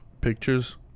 pictures